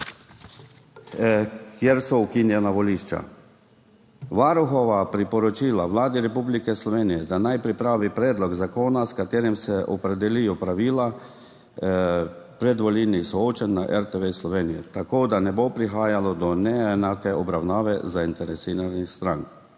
kjer so ukinjena volišča. Varuhova priporočila Vladi Republike Slovenije, da naj pripravi predlog zakona, s katerim se opredelijo pravila predvolilnih soočenj na RTV Slovenija tako, da ne bo prihajalo do neenake obravnave zainteresiranih strank.